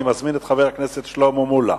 אני מזמין את חבר הכנסת שלמה מולה,